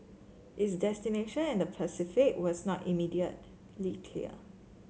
its destination in the Pacific was not immediately clear